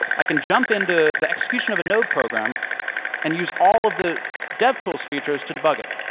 i can jump into the execution of a node program and use all of the devtools features to debug it.